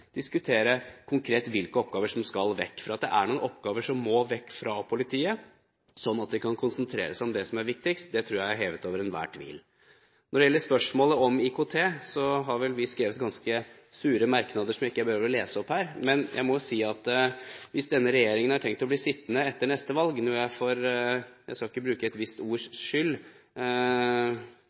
diskutere konkret hvilke oppgaver som skal vekk. For at det er noen oppgaver som må vekk fra politiet, slik at de kan konsentrere seg om det som er viktigst, tror jeg er hevet over enhver tvil. Når det gjelder spørsmålet om IKT, har vel vi skrevet ganske sure merknader, som jeg ikke behøver å lese opp her. Men jeg må jo si at hvis denne regjeringen har tenkt å bli sittende etter neste valg – noe jeg for … skyld, jeg skal ikke bruke et visst